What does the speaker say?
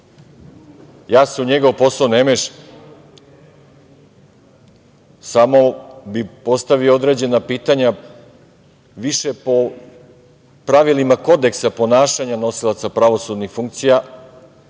Ja se u njegov posao ne mešam, samo bih postavio određena pitanja više po pravilima kodeksa ponašanja nosilaca pravosudnih funkcija,